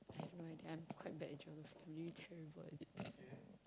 I have no idea I'm quite bad at Geography I'm really terrible at it